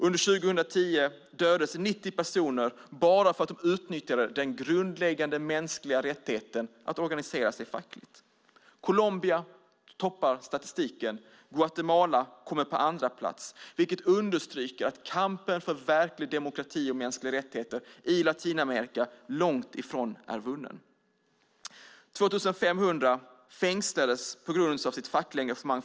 Under 2010 dödades 90 personer bara för att de utnyttjade den grundläggande mänskliga rättigheten att organisera sig fackligt. Colombia toppar statistiken, och Guatemala kommer på andra plats. Det understryker att kampen för verklig demokrati och mänskliga rättigheter i Latinamerika långt ifrån är vunnen. 2 500 fängslades förra året på grund av sitt fackliga engagemang.